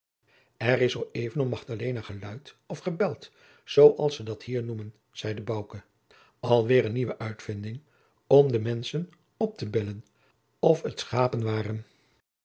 er is zoo even om magdalena geluid of gebeld zoo als ze dat hier noemen zeide bouke jacob van lennep de pleegzoon alweêr een nieuwe uitvinding om de menschen op te bellen of het schapen waren